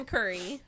Curry